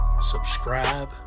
subscribe